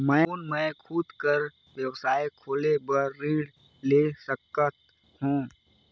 कौन मैं खुद कर व्यवसाय खोले बर ऋण ले सकत हो?